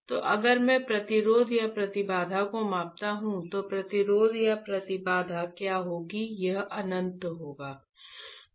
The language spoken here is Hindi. तो अगर मैं प्रतिरोध या प्रतिबाधा को मापता हूं तो प्रतिरोध या प्रतिबाधा क्या होगी यह अनंत होगा